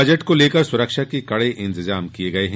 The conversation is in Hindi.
बजट को लेकर सुरक्षा के कड़े इंतजाम किए गए हैं